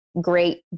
great